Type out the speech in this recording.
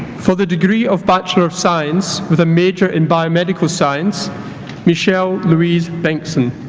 for the degree of bachelor of science with a major in but niomedical science michelle louise bengtsson